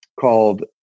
called